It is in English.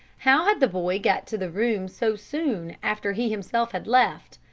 how had the boy got to the room so soon after he himself had left,